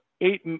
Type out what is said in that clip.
eight